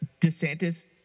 DeSantis